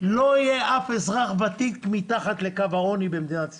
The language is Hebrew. לא יהיה אף אזרח ותיק מתחת לקו העוני במדינת ישראל,